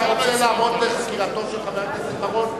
אתה רוצה לעמוד בחקירתו של חבר הכנסת בר-און?